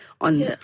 on